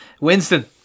Winston